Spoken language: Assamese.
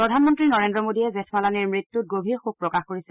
প্ৰধানমন্ত্ৰী নৰেল্ৰ মোদীয়ে জেঠমালানীৰ মৃত্যুত গভীৰ শোক প্ৰকাশ কৰিছে